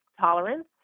tolerance